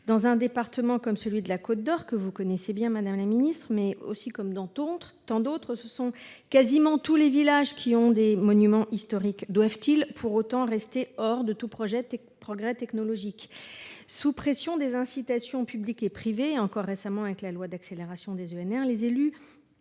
Dans un département comme celui de la Côte d’Or, que vous connaissez bien, madame la ministre, comme dans tant d’autres territoires, ce sont quasiment tous les villages qui ont des monuments historiques. Doivent ils pour autant rester hors de tout progrès technologique ? Sous la pression d’incitations publiques et privées, encore récemment avec la loi relative à